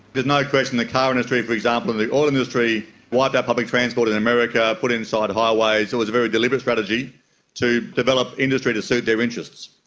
but no question the car industry, for example, and the oil industry wiped out public transport in america, put inside highways, it was a very deliberate strategy to develop industry to suit their interests.